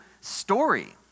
story